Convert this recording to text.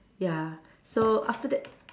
ya so after that